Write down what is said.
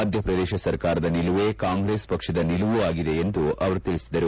ಮಧ್ಯಪ್ರದೇಶ ಸರ್ಕಾರದ ನಿಲುವೇ ಕಾಂಗ್ರೆಸ್ ಪಕ್ಷದ ನಿಲುವು ಆಗಿದೆ ಎಂದು ಅವರು ತಿಳಿಸಿದರು